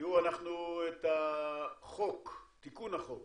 את תיקון החוק